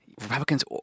Republicans